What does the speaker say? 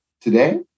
today